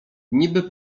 niby